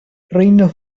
reino